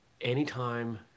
Anytime